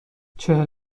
چهل